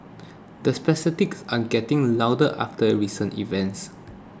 the are getting louder after recent events